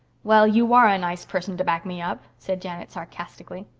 well, you are a nice person to back me up, said janet sarcastically.